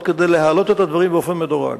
כדי להעלות את הדברים באופן מדורג,